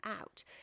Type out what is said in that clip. out